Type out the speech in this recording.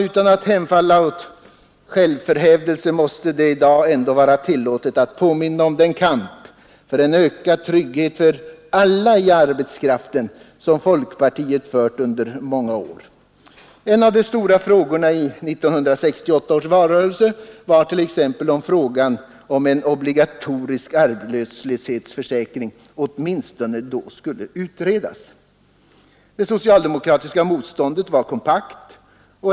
Utan att hemfalla åt självförhävelse, herr talman, måste det i dag ändå vara tillåtet att påminna om den kamp för en ökad trygghet för alla i arbetskraften som folkpartiet fört under många år. En av de stora frågorna i 1968 års valrörelse var t.ex. om frågan om en obligatorisk arbetslöshetsförsäkring åtminstone skulle få utredas. Det socialdemokratiska motståndet var kompakt.